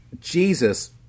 Jesus